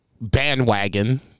bandwagon